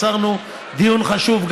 עצרנו דיון חשוב,